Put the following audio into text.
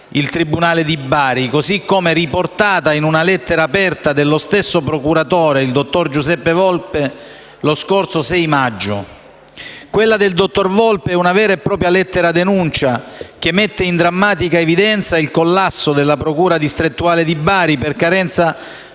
il tribunale di Bari, così come riportata in una lettera aperta dello stesso procuratore, il dottor Giuseppe Volpe, lo scorso 6 maggio. Quella del dottor Volpe è una vera e propria lettera denuncia, che mette in drammatica evidenza il collasso della procura distrettuale di Bari per carenza di personale